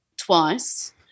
twice